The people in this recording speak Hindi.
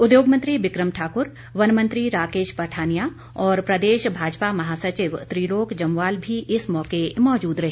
उद्योग मंत्री बिकम ठाकर वन मंत्री राकेश पठानिया और प्रदेश भाजपा महासचिव त्रिलोक जम्वाल भी इस मौके मौजूद रहे